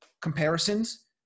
comparisons